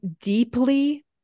deeply